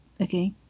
Okay